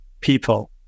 people